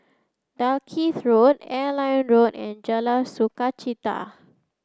Dalkeith Road Airline Road and Jalan Sukachita